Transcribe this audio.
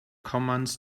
commands